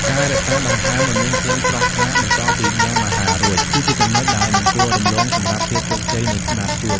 ការរក្សាដង្ហើមឱ្យមានក្លិនស្រស់ថ្លាបន្ទាប់ពីញ៉ាំអាហាររួច គឺជាចំណុចដែលមិនគួររំលងសម្រាប់ភាពជោគជ័យនៃណាត់ជួប។